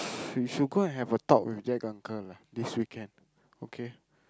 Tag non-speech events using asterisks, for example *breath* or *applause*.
*breath* you should go and have a talk with jack uncle lah this weekend okay